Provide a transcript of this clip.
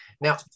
Now